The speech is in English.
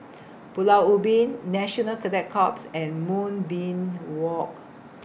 Pulau Ubin National Cadet Corps and Moonbeam Walk